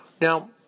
Now